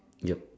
yup